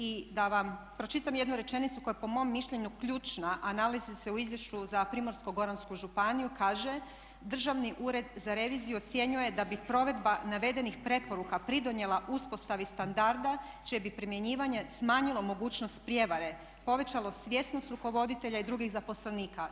I da vam pročitam jednu rečenicu koja je po mom mišljenju ključna, a nalazi se u izvješću za Primorsko-goransku županiju kaže: "Državni ured za reviziju ocjenjuje da bi provedba navedenih preporuka pridonijela uspostavi standarda čije bi primjenjivanje smanjilo mogućnost prijevare, povećalo svjesnost rukovoditelja i drugih zaposlenika.